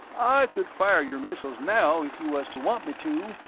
i could fire your missiles now, if you was to want me to,